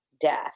death